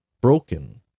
broken